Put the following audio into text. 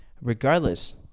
regardless